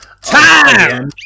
Time